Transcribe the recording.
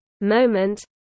moment